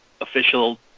official